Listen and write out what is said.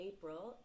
April